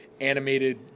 animated